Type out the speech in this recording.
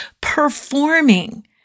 performing